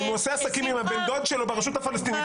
אם הוא עושה עסקים עם הבן דוד שלו ברשות הפלסטינית,